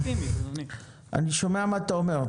אני שומע מה אתה אומר.